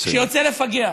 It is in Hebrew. שיוצא לפגע,